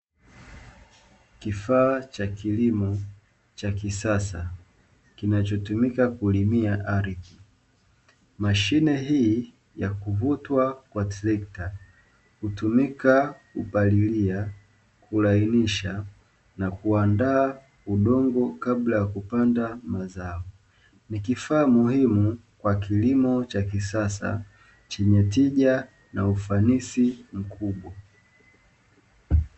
Kifaa cha kilimo cha kisasa kinachotumika kulimia ardhi. Mashine hii ya kuvutwa kwa trekta hutumika kupalilia, kulainisha na kuandaa udongo kabla ya kupanda mazao, ni kifaa muhimu kwa kilimo cha kisasa chenye tija na ufanisi mkubwa.